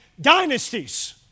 dynasties